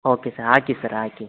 okay sir ಹಾಕಿ sir ಹಾಕಿ